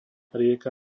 rieka